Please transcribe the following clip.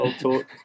talk